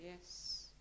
Yes